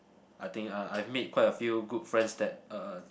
I think I I've made quite a few good friends that uh